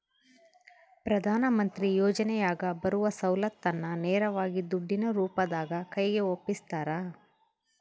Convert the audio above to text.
ಪ್ರಧಾನ ಮಂತ್ರಿ ಯೋಜನೆಯಾಗ ಬರುವ ಸೌಲತ್ತನ್ನ ನೇರವಾಗಿ ದುಡ್ಡಿನ ರೂಪದಾಗ ಕೈಗೆ ಒಪ್ಪಿಸ್ತಾರ?